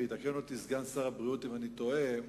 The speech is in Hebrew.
ויתקן אותי סגן שר הבריאות אם אני טועה,